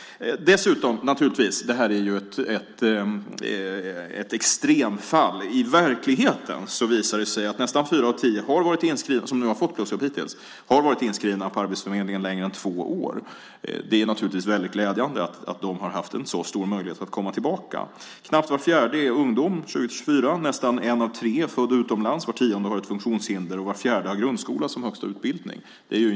Det här är ett extremfall. I verkligheten visar det sig att nästan fyra av tio av dem som hittills har fått jobb har varit inskrivna i arbetsförmedlingen längre än två år. Det är naturligtvis väldigt glädjande att de har haft en så stor möjlighet att komma tillbaka. Knappt var fjärde är ungdom, 20-24 år. Nästan en av tre är född utomlands, var tionde har funktionshinder och var fjärde har grundskola som högsta utbildning.